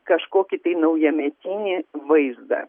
kažkokį tai naujametinį vaizdą